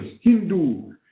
Hindu